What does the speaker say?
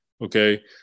Okay